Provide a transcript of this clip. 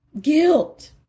guilt